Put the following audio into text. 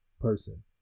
person